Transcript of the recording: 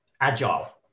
agile